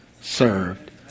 served